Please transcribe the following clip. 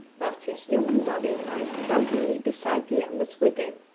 whilst his human body lies drunkenly beside the embers within.